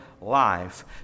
life